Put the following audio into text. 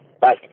Bye